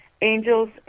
Angels